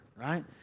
right